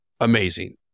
amazing